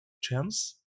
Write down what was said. chance